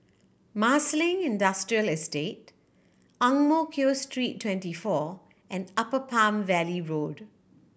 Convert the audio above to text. Marsiling Industrial Estate Ang Mo Kio Street Twenty four and Upper Palm Valley Road